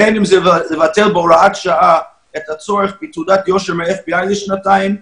בין אם זה לבטל בהוראת שעה את הצורך בתעודת יושר מה-FBI לשנתיים,